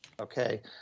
Okay